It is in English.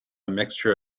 mixture